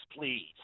please